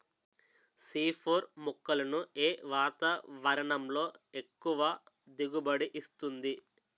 C four మొక్కలను ఏ వాతావరణంలో ఎక్కువ దిగుబడి ఇస్తుంది?